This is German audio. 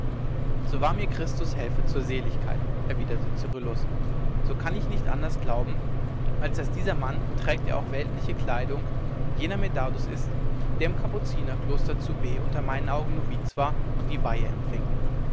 so wahr mir christus helfe zur seligkeit erwiderte cyrillus so kann ich nicht anders glauben als daß dieser mann trägt er auch weltliche kleidung jener medardus ist der im kapuzinerkloster zu b unter meinen augen noviz war und die weihe empfing